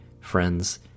friends